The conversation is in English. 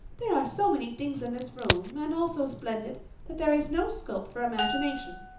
there are so many things in this room and all so splendid that there is no scope for imagination.